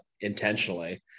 intentionally